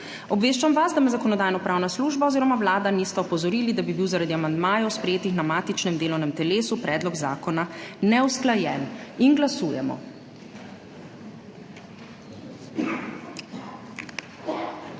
Obveščam vas, da me Zakonodajno-pravna služba oziroma Vlada nista opozorili, da bi bil zaradi amandmajev, sprejetih na matičnem delovnem telesu, predlog zakona neusklajen. Glasujemo.